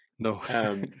No